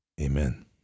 Amen